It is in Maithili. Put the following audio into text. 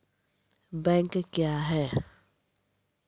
बैंक क्या हैं?